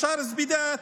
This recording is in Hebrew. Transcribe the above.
בשאר זבידאת,